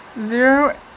zero